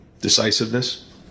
decisiveness